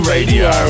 Radio